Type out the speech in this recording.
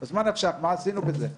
אז מה עשינו בזה.